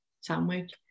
sandwich